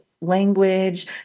language